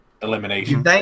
Elimination